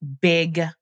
big